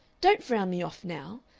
don't frown me off now.